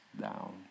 down